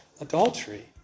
adultery